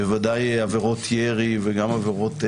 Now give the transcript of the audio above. בוודאי עבירות ירי וגם עבירות אחרות,